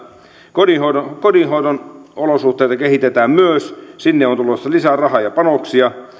kotihoidon kotihoidon olosuhteita kehitetään myös sinne on tulossa lisää rahaa ja panoksia